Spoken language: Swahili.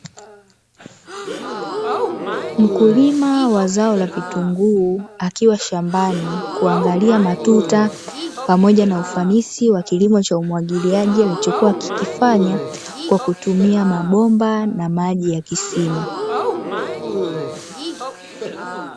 Mkulima wa zao la vitunguu akiwa shambani kuangalia matuta pamoja na ufanisi wa kilimo cha umwagiliaji alichokuwa akikifanya kwa kutumia mabomba na maji ya kisima.